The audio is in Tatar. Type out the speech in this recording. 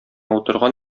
утырган